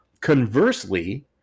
conversely